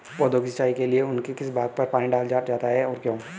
पौधों की सिंचाई के लिए उनके किस भाग पर पानी डाला जाता है और क्यों?